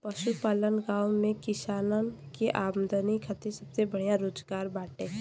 पशुपालन गांव में किसान के आमदनी खातिर सबसे बढ़िया रोजगार बाटे